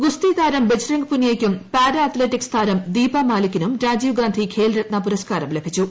ഗുസ്തി താരം ബജ്റംഗ് പുനിയയ്ക്കും പാര അത്ലറ്റിക്സ് താരം ദീപ മാലിക്കിനും രാജീവ് ഗാന്ധി ഖേൽരത്ന പുരസ്കാരം ലഭിച്ചു